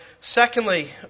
Secondly